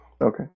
Okay